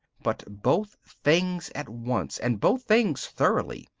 but both things at once and both things thoroughly,